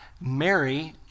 Mary